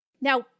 Now